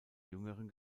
jüngeren